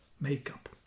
makeup